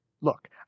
Look